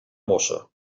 mossa